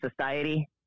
society